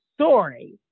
story